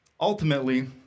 Ultimately